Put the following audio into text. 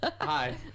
Hi